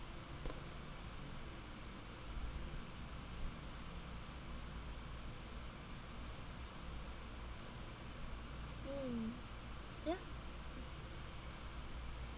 mm ya